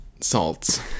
salts